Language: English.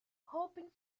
hoping